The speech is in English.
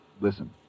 listen